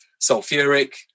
sulfuric